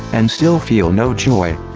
and still feel no joy!